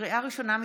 לקריאה ראשונה,